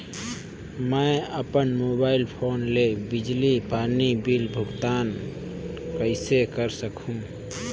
मैं अपन mobile phone ले बिजली पानी बिल भुगतान कइसे कर सकहुं?